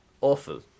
awful